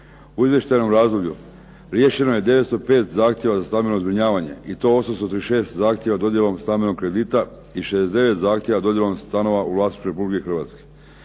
U izvještajnom razdoblju riješeno je 905 zahtjeva za stambeno zbrinjavanje i to 836 zahtjeva dodjelom stambenog kredita i 69 zahtjeva dodjelom stanova u vlasništvu Republike Hrvatske.